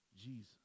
Jesus